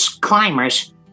climbers